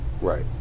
right